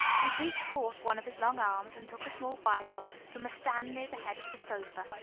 he reached forth one of his long arms, and took a small bible from a stand near the head of the sofa,